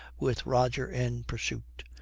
with roger in pursuit.